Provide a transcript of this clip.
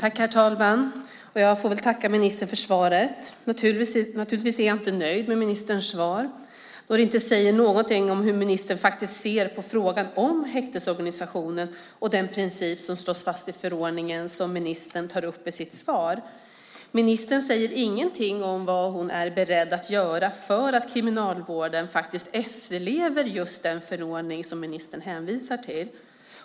Herr talman! Jag får tacka ministern för svaret. Naturligtvis är jag inte nöjd med ministerns svar, då det inte säger någonting om hur ministern ser på frågan om häktesorganisationen och den princip som slås fast i förordningen, som ministern tar upp i sitt svar. Ministern säger ingenting om vad hon är beredd att göra för att Kriminalvården ska efterleva just den förordning som ministern hänvisar till.